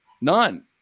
None